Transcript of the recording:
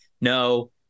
No